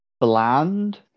Bland